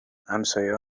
همسایه